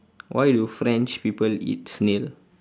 why do french people eat snail